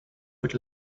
would